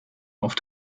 auf